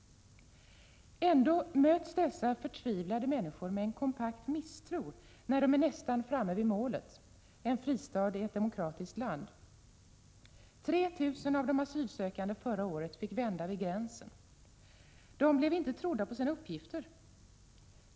Ändå möts dessa förtvivlade människor med en kompakt misstro när de är nästan framme vid målet: en fristad i ett demokratiskt land. 3 000 av de asylsökande förra året fick vända vid gränsen. De blev inte trodda på sina uppgifter.